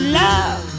love